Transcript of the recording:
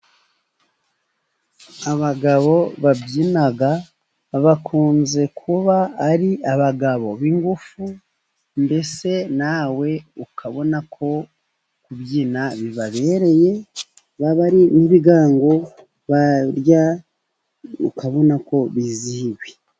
Abagabo babyinaga bakunze kuba ari abagabo b'ingufu, mbese nawe ukabona ko kubyina bibabereye. Baba ari ab'ibigango, barya ukabona ko bizihiwe.